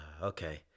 okay